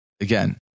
Again